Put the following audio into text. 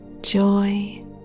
joy